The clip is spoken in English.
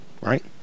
Right